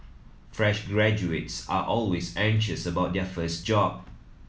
fresh graduates are always anxious about their first job